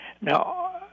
Now